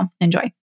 enjoy